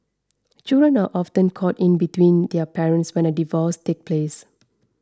children are often caught in between their parents when a divorce takes place